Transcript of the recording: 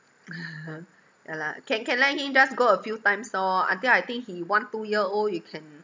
ya lah can can let him just go a few times lor until I think he one two year old you can